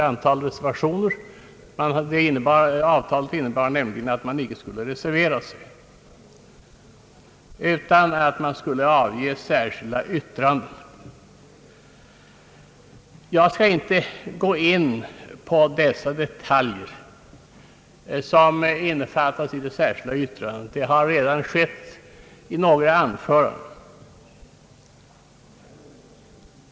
Avtalet innebar nämligen att man inte skulle avge reservationer, utan endast särskilda yttranden. Jag skall inte gå in på detaljfrågorna i det särskilda yttrandet. Det har redan gjorts i några anföranden.